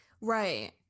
Right